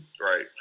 right